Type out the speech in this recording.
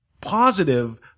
positive